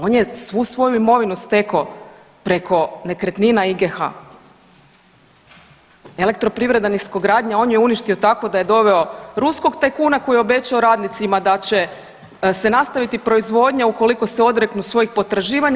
On je svu svoju imovinu stekao preko nekretnina IGH, Elektroprivreda Niskogradnja on je uništio tako da je doveo ruskog tajkuna koji je obećao radnicima da će se nastaviti proizvodnja ukoliko se odreknu svojih potraživanja.